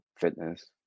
fitness